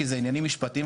כי זה עניינים משפטיים,